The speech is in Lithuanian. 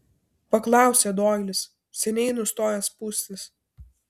paklausė doilis seniai nustojęs pūstis